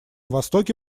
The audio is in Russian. востоке